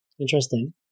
Interesting